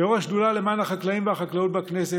כראש השדולה למען החקלאים והחקלאות בכנסת